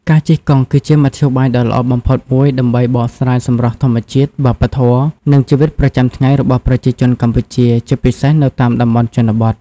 ការជិះកង់គឺជាមធ្យោបាយដ៏ល្អបំផុតមួយដើម្បីបកស្រាយសម្រស់ធម្មជាតិ វប្បធម៌ និងជីវិតប្រចាំថ្ងៃរបស់ប្រជាជនកម្ពុជា ជាពិសេសនៅតាមតំបន់ជនបទ។